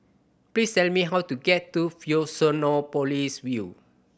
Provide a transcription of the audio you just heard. please tell me how to get to Fusionopolis View